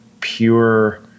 pure